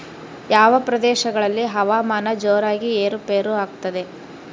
ಯಾವ ಪ್ರದೇಶಗಳಲ್ಲಿ ಹವಾಮಾನ ಜೋರಾಗಿ ಏರು ಪೇರು ಆಗ್ತದೆ?